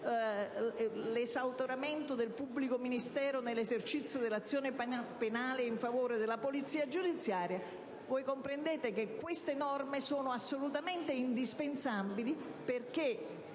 l'esautoramento del pubblico ministero nell'esercizio dell'azione penale in favore della polizia giudiziaria - è chiaro che queste norme sono assolutamente indispensabili perché